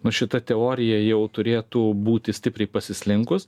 nu šita teorija jau turėtų būti stipriai pasislinkus